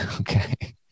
Okay